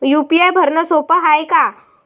UPI भरनं सोप हाय का?